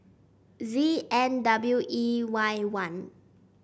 Z N W E Y one